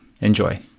Enjoy